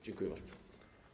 Dziękuję bardzo.